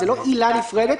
זו לא עילה נפרדת,